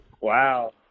Wow